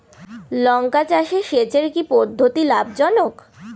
লঙ্কা চাষে সেচের কি পদ্ধতি লাভ জনক?